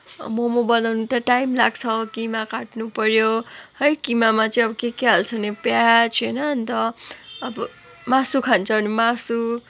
मोमो बनाउन त टाइम लाग्छ किमा काट्नुपऱ्यो है किमामा चाहिँ अब के के हाल्छन् प्याज होइन अन्त अब मासु खान्छन् भने मासु